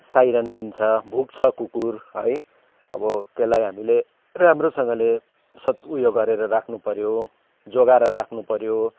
siren दिन्छ भुक्छ कुकुर है अब त्यसलाई हामीले राम्रोसँगले सत् उयो गरेर राख्नु पऱ्यो जोगाएर राख्नु पऱ्यो